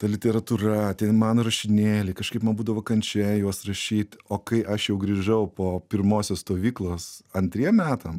ta literatūra tie mano rašinėliai kažkaip man būdavo kančia juos rašyt o kai aš jau grįžau po pirmosios stovyklos antriem metam